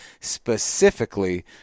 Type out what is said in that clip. specifically